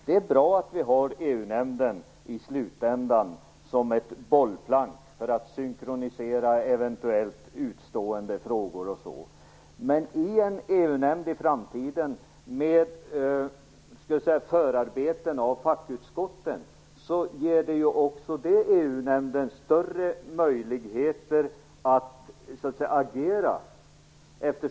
Det är bra att vi har EU nämnden i slutändan för att synkronisera eventuellt utestående frågor och så. Men en framtida EU-nämnd med förarbeten av fackutskotten ger också EU nämnden större möjligheter att agera.